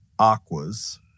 aquas